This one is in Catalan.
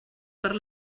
per